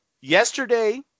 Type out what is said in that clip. yesterday